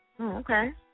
okay